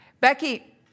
Becky